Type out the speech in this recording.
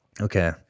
Okay